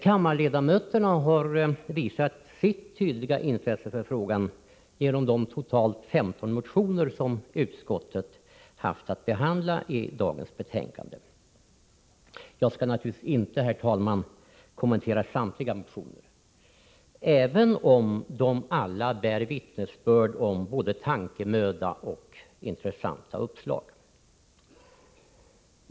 Kammarledamöterna har visat sitt tydliga intresse för frågan genom de totalt 15 motioner som utskottet haft att behandla i dagens betänkande. Jag skall naturligtvis inte, herr talman, kommentera samtliga motioner — även om de alla bär vittnesbörd om tankemöda och innehåller intressanta uppslag.